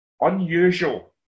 unusual